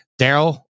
Daryl